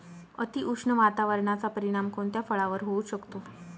अतिउष्ण वातावरणाचा परिणाम कोणत्या फळावर होऊ शकतो?